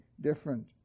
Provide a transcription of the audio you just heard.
different